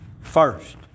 first